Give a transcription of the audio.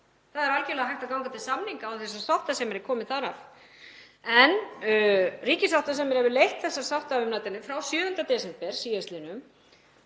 Það er algerlega hægt að ganga til samninga án þess að sáttasemjari komi þar að. En ríkissáttasemjari hefur leitt þessar sáttaumleitanir frá 7. desember síðastliðnum.